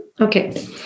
Okay